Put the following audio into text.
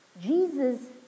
Jesus